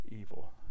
evil